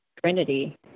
Trinity